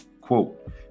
Quote